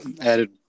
added